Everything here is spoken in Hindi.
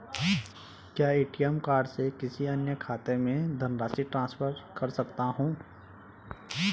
क्या ए.टी.एम कार्ड से किसी अन्य खाते में धनराशि ट्रांसफर कर सकता हूँ?